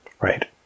Right